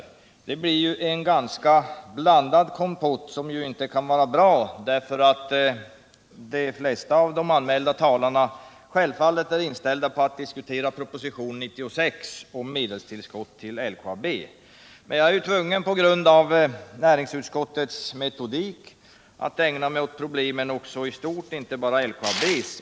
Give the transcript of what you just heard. Av det blir det en ganska blandad kompott, och det kan ju inte vara bra eftersom de flesta av de anmälda talarna självfallet är inställda på att diskutera propositionen 96 om medelstillskott till LKAB. På grund av näringsutskottets metodik här är jag emellertid tvungen att ägna mig åt problemen också i stort och inte bara åt LKAB:s problem.